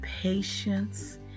patience